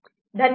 धन्यवाद